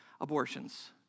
abortions